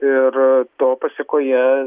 ir to pasekoje